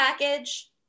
package